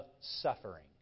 suffering